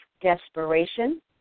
desperation